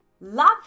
love